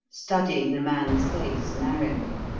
studying the man's face narrowly.